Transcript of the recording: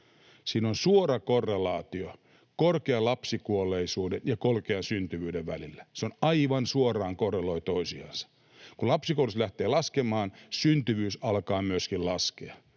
Siinä on suora korrelaatio korkean lapsikuolleisuuden ja korkean syntyvyyden välillä. Ne aivan suoraan korreloivat toisiansa. Kun lapsikuolleisuus lähtee laskemaan, syntyvyys alkaa myöskin laskea.